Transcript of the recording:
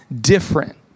different